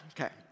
Okay